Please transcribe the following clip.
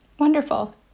Wonderful